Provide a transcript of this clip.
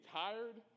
tired